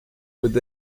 with